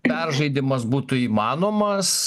peržaidimas būtų įmanomas